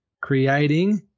creating